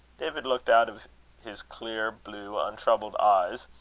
david looked out of his clear, blue, untroubled eyes,